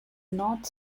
not